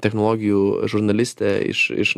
technologijų žurnalistė iš iš